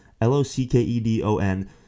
L-O-C-K-E-D-O-N